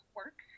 work